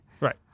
Right